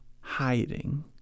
hiding